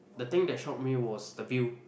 the thing that shock me was the view